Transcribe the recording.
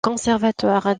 conservatoire